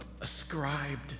ascribed